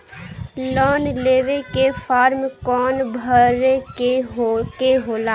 Loan लेवे के form कौन भरे के होला?